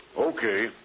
Okay